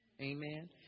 Amen